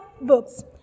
books